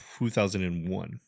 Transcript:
2001